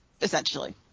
Essentially